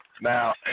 Now